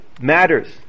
matters